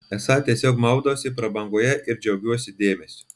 esą tiesiog maudausi prabangoje ir džiaugiuosi dėmesiu